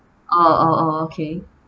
oh oh oh okay